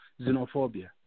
xenophobia